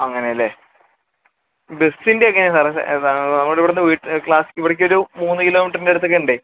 അങ്ങനെ അല്ലേ ബസിന്റെ എങ്ങനെയാണ് സാറേ നമ്മൾ ഇവിടെ വീട്ടിലേക്ക് ക്ലാസ്സിലേക്ക് ഇവിടേക്ക് ഒരു മൂന്നു കിലോമീറ്ററിന്റെ അടുത്തൊക്കെ ഉണ്ടേ